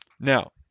Now